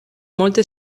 molte